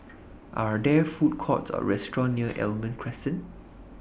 Are There Food Courts Or Restaurant near Almond Crescent